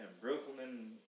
Brooklyn